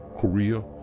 Korea